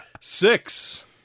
Six